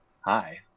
hi